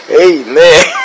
Amen